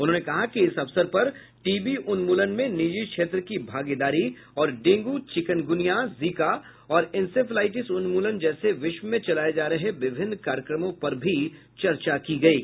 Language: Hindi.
उन्होंने कहा कि इस अवसर पर टीबी उन्मूलन में निजी क्षेत्र की भागीदारी और डेंगू चिकनगूनिया जीका और इंसेफेलाइटिस उन्मूलन जैसे विश्व में चलाये जा रहे विभिन्न कार्यक्रमों पर भी चर्चा की गयी